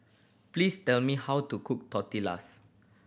please tell me how to cook Tortillas